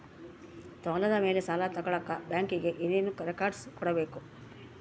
ಹೊಲದ ಮೇಲೆ ಸಾಲ ತಗಳಕ ಬ್ಯಾಂಕಿಗೆ ಏನು ಏನು ರೆಕಾರ್ಡ್ಸ್ ಕೊಡಬೇಕು?